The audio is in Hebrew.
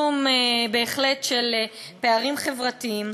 בהחלט מאמין בצמצום פערים חברתיים.